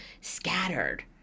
scattered